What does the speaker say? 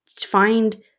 find